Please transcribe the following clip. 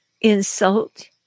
insult